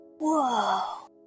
Whoa